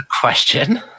question